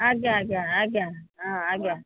ଆଜ୍ଞା ଆଜ୍ଞା ଆଜ୍ଞା ହଁ ଆଜ୍ଞା